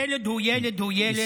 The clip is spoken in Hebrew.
ילד הוא ילד הוא ילד.